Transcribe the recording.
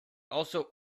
also